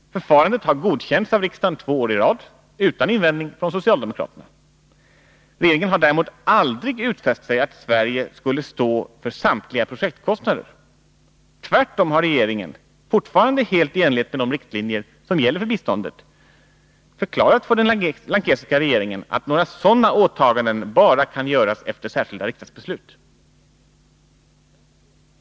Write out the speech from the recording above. Förfarandet har godkänts av riksdagen två år i rad — utan invändningar från socialdemokraterna. Regeringen har däremot aldrig lämnat några utfästelser om att Sverige skulle stå för samtliga projektkostnader. Tvärtom har regeringen, fortfarande helt i enlighet med de riktlinjer som gäller för bistånd, förklarat för den lankesiska regeringen att sådana åtaganden bara kan göras efter särskilda riksdagsbeslut.